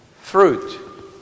fruit